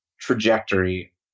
trajectory